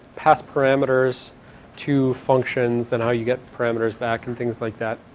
pass parameters to functions and how you get parameters back and things like that.